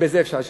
בזה אפשר לשכנע.